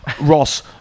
Ross